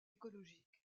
écologique